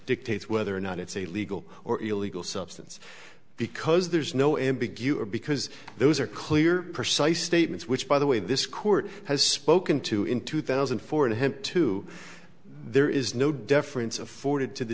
dictates whether or not it's a legal or illegal substance because there's no ambiguity because those are clear precise statements which by the way this court has spoken to in two thousand and four and attempt to there is no deference afforded to the